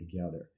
together